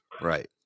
right